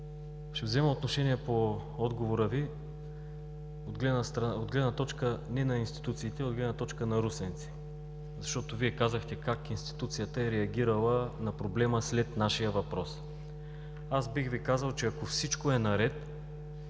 Ще взема отношение по отговора Ви от гледна точка не на институциите, а от гледната точка на русенци. Защото Вие казахте как институцията е реагирала на проблема след нашия въпрос. Аз бих Ви казал, че ако всичко е наред,